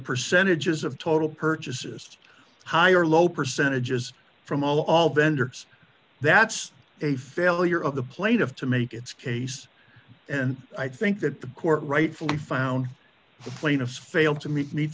percentages of total purchases high or low percentages from all all vendors that's a failure of the plate of to make its case and i think that the court rightfully found the plaintiff failed to meet meet